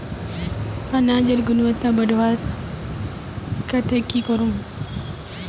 अनाजेर गुणवत्ता बढ़वार केते की करूम?